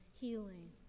healing